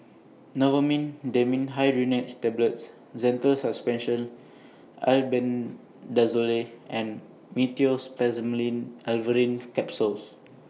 Novomin Dimenhydrinate's Tablets Zental Suspension Albendazole and Meteospasmyl Alverine Capsules